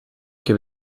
che